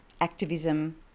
activism